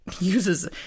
uses